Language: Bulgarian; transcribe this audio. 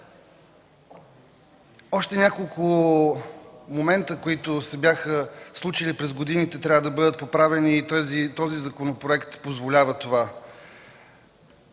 Още няколко момента, които се бяха случили през годините, трябва да бъдат поправени. Този законопроект позволява това.